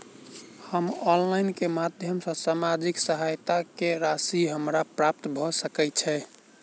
हम ऑनलाइन केँ माध्यम सँ सामाजिक सहायता केँ राशि हमरा प्राप्त भऽ सकै छै?